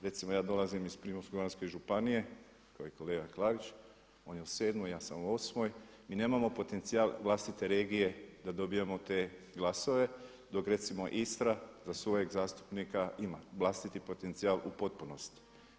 Recimo ja dolazim iz Primorsko-goranske županije kao i kolega Klarić, on je u 7., ja sam u 8. Mi nemamo potencijal vlastite regije da dobijemo te glasove dok recimo Istra za svojeg zastupnik ima vlastiti potencijal u potpunosti.